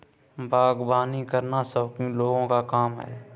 बागवानी करना शौकीन लोगों का काम है